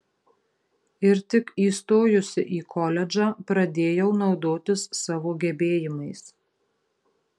ir tik įstojusi į koledžą pradėjau naudotis savo gebėjimais